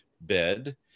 bed